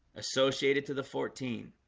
associated to the fourteen